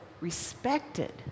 respected